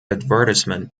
advertisement